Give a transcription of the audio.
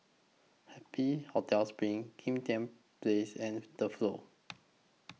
Happy Hotel SPRING Kim Tian Place and The Flow